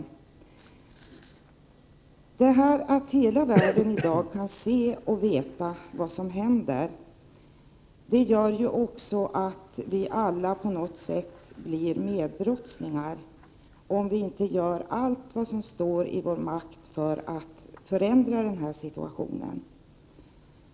Detta att hela världen i dag kan se och vet vad som händer gör också att vi alla på något sätt blir medbrottslingar, om vi inte gör allt vad som står i vår makt för att förändra denna situation.